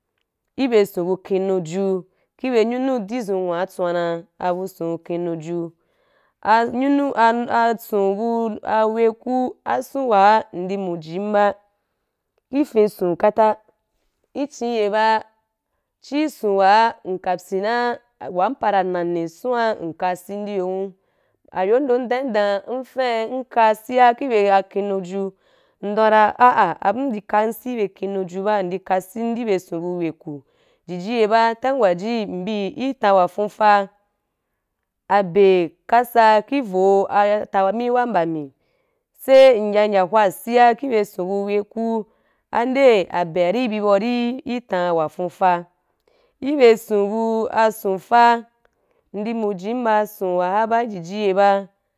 Ki bye ason bu kennu ju ki bye nyunu adi zun-nwatswan abu son kennuju ah nyunu ah ah ason bu are ku ason wa ndi mujen ba i fen son kata i chin ye ba chi ason wa nka pyin na wa ah para nani sen’a wa nka sin i yo hun ayondo dan yín dam nfai nka sia i bye akennuju ndam u dan da ah abum ndi kan si ki bye kennuju ba ndi ka sin ki bye a son bu aweku jiji ye ba time waji m bi í tam wa fuufa abe kasai i vou ah ah atami wa mba mi sai n ya ya hwa sia ki bye ason bu weku a nde abe ri bi bau i tan wa fuufa i bye aso buu asonfa ndi mujem ba asoa ba i jiji ye ba.